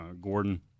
Gordon